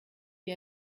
wie